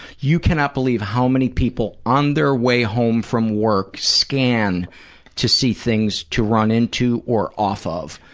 you cannot believe how many people, on their way home from work, scan to see things to run in to or off of.